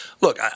look